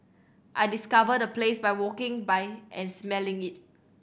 I discovered the place by walking by and smelling it